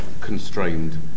constrained